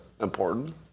important